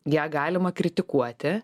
ją galima kritikuoti